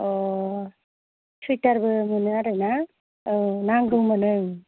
अ सुवेटारबो मोनो आरोना औ नांगौमोन ओं